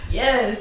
yes